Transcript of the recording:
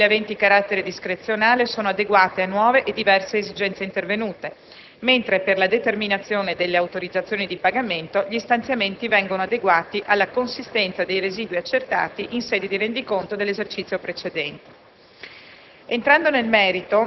Per quanto riguarda le spese, quelle aventi carattere discrezionale sono adeguate a nuove e diverse esigenze intervenute, mentre per la determinazione delle autorizzazioni di pagamento gli stanziamenti vengono adeguati alla consistenza dei residui accertati in sede di rendiconto dell'esercizio precedente.